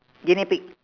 guinea pig